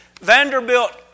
Vanderbilt